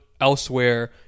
elsewhere